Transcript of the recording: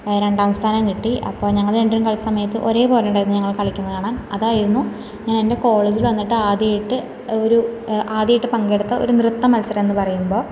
രണ്ടാം സ്ഥാനം കിട്ടി അപ്പോൾ ഞങ്ങള് രണ്ട് പേരും കളിച്ച സമയത്ത് ഒരേപോലെ ഉണ്ടായിരുന്നു ഞങ്ങൾ കളിക്കുന്നത് കാണാൻ അതായിരുന്നു ഞാൻ എൻ്റെ കോളേജിൽ വന്നിട്ട് ആദ്യമായിട്ട് ഒരു ആദ്യമായിട്ട് പങ്കെടുത്ത ഒരു നൃത്ത മത്സരം എന്ന് പറയുമ്പോൾ